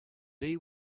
day